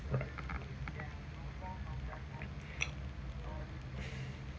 alright